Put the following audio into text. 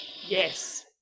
Yes